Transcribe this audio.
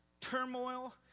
turmoil